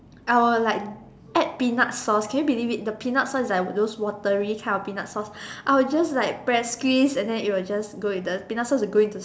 I will like add peanut sauce can you believe it the peanut sauce is like those watery kind of peanut sauce I'll just like press squeeze and then it will just go in the the peanut sauce will go into